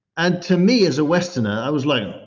and to me as a westerner, i was like,